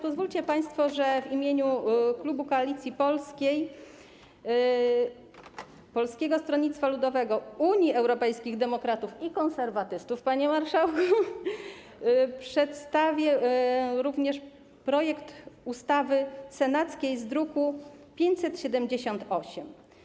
Pozwólcie państwo, że w imieniu klubu Koalicji Polskiej - Polskiego Stronnictwa Ludowego, Unii Europejskich Demokratów i Konserwatystów, panie marszałku, przedstawię również stanowisko wobec senackiego projektu ustawy z druku nr 578.